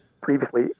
Previously